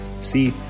See